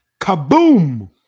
Kaboom